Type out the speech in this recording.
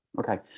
Okay